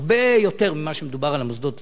הרבה יותר ממה שמדובר על המוסדות התורניים,